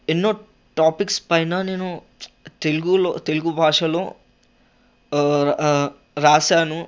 ఎన్నో టాపిక్స్ పైన నేను తెలుగులో తెలుగుభాషలో రాసాను